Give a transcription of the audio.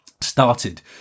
started